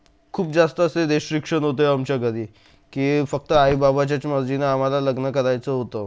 खूप जास्त असे रिस्ट्रिक्शन होते आमच्या घरी की फक्त आई बाबाच्याच मर्जीने आम्हाला लग्न करायचं होतं